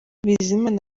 bizimana